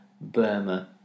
Burma